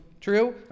true